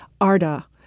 Arda